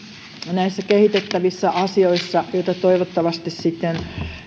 näissä kehitettävissä asioissa joita toivottavasti sitten